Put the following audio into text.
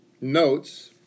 notes